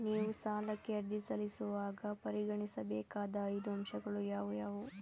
ನೀವು ಸಾಲಕ್ಕೆ ಅರ್ಜಿ ಸಲ್ಲಿಸುವಾಗ ಪರಿಗಣಿಸಬೇಕಾದ ಐದು ಅಂಶಗಳು ಯಾವುವು?